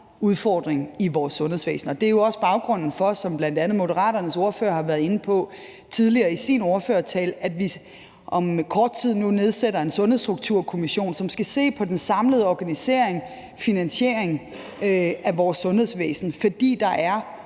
udfordring i vores sundhedsvæsen, og det er jo også baggrunden for, hvad bl.a. Moderaternes ordfører har været inde på tidligere i sin ordførertale, at vi om kort tid nedsætter en sundhedsstrukturkommission, som skal se på den samlede organisering og finansiering af vores sundhedsvæsen, fordi der